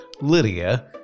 Lydia